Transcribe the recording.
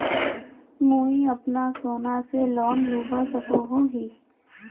मुई अपना सोना से लोन लुबा सकोहो ही?